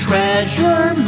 treasure